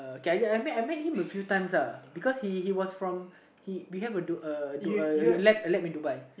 I meet I meet him a few times uh because he he was from he Dubai